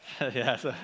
Yes